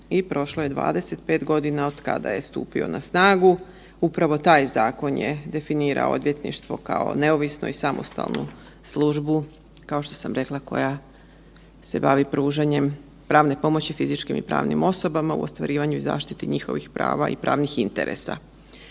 prošlo je 25 godina otkada je stupio na snagu. Upravo taj zakon je definirao odvjetništvo kao neovisnu i samostalnu službu, kao što sam rekla, koja se bavi pružanjem pravne pomoći fizičkim i pravnim osobama u ostvarivanju i zaštiti njihovih prava i pravnih interesa.